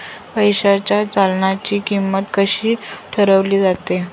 पैशाच्या चलनाची किंमत कशी ठरवली जाते